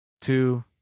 two